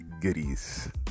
Goodies